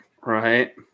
Right